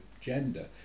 gender